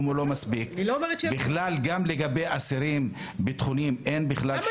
גם לגבי אסירים ביטחוניים אין בכלל שיקום.